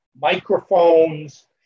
microphones